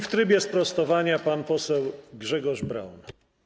W trybie sprostowania pan poseł Grzegorz Braun.